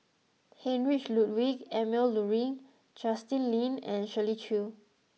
Heinrich Ludwig Emil Luering Justin Lean and Shirley Chew